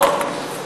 בוקר אור.